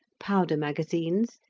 powder-magazines,